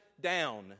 down